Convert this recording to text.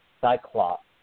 Cyclops